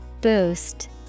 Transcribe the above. Boost